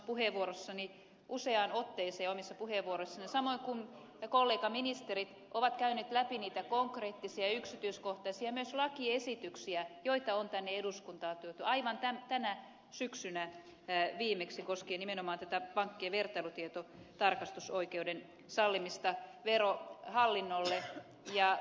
olen useaan otteeseen omissa puheenvuoroissani samoin kuin kollegaministerit käynyt läpi niitä konkreettisia yksityiskohtaisia myös lakiesityksiä joita on tänne eduskuntaan tuotu aivan tänä syksynä viimeksi koskien nimenomaan pankkien vertailutietotarkastusoikeuden sallimista verohallinnolle